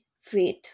faith